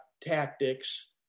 tactics